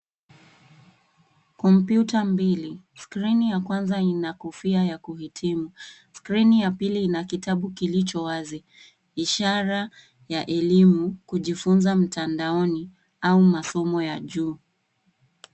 Kompyuta mbili. Skrini ya kwanza Ina kofia ya kuhitimu. Skrini ya pili ina kitabu kilicho wazi ishara ya elimu kujifunza mtandaoni au masomo ya juu.